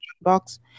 box